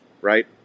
right